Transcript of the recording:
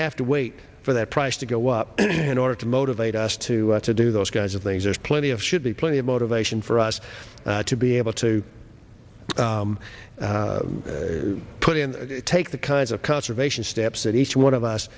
have to wait for that price to go up in order to motivate us to to do those guys of things there's plenty of should be plenty of motivation for us to be able to put in take the kinds of conservation steps that each one of us